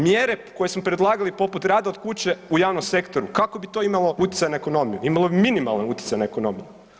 Mjere koje smo predlagali poput rada od kuće u javnom sektoru kako bi to imalo utjecaja na ekonomiju, imalo bi minimalno utjecaja na ekonomiju.